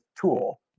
tool